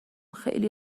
خیلی